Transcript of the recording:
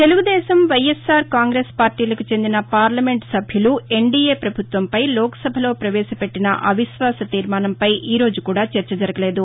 Telugu Desam YSR Congress పార్టీలకు చెందిన parliament సభ్యులు ఎన్డిఏ పభుత్వంపై లోక్సభలో ప్రవేశపెట్లిన అవిశ్వాస తీర్శానంపై ఈ రోజు కూడా చర్చ జరగలేదు